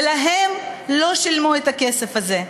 ולהם לא שילמו את הכסף הזה.